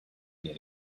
near